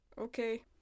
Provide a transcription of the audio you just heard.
Okay